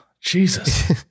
Jesus